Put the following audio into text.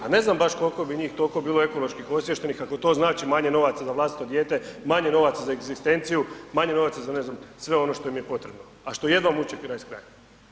Pa ne znam koliko bi njih toliko bilo ekološki osviještenih ako to znači manje novaca za vlastito dijete, manje novaca za egzistenciju, manje novaca za sve ono što im je potrebno, a što jedva muče kraj s krajem.